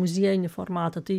muūiejinį formatą tai